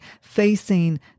facing